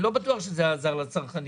אני לא בטוח שזה עזר לצרכנים.